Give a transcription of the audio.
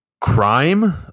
crime